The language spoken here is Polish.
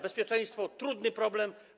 Bezpieczeństwo - trudny problem.